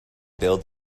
build